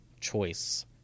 choice